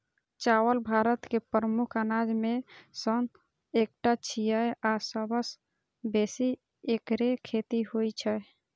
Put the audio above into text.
चावल भारत के प्रमुख अनाज मे सं एकटा छियै आ सबसं बेसी एकरे खेती होइ छै